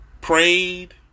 prayed